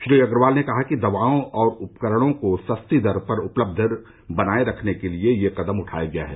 श्री अग्रवाल ने कहा कि दवाओं और उपकरणों को सस्ती दर पर उपलब्ध बनाये रखने के लिए यह कदम उठाया गया है